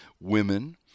women